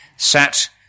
sat